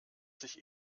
sich